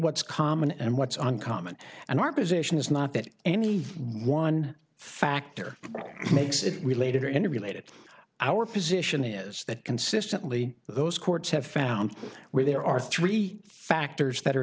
what's common and what's on common and our position is not that any one factor makes it related or any related our position is that consistently those courts have found where there are three factors that are